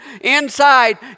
inside